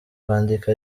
kwandika